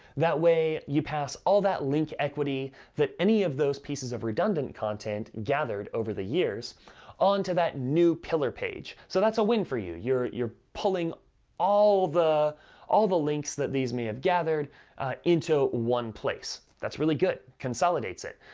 that way you pass all that link equity that any of those pieces of redundant content gathered over the years onto that new pillar page. so that's a win for you. you're you're pulling all the all the links that these may have gathered into one place. that's really good, consolidates it.